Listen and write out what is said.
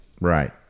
Right